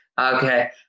Okay